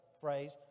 phrase